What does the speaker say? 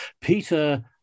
Peter